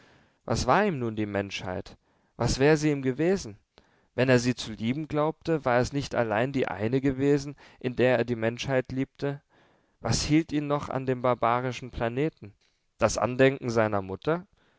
was war ihm nun die menschheit was wär sie ihm gewesen wenn er sie zu lieben glaubte war es nicht allein die eine gewesen in der er die menschheit liebte was hielt ihn noch an dem barbarischen planeten das andenken seiner mutter